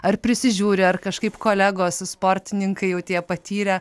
ar prisižiūri ar kažkaip kolegos sportininkai jau tie patyrę